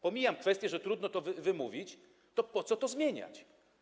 Pomijam kwestię, że trudno to wymówić, ale po co to zmieniać.